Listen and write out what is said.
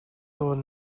tawn